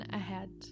ahead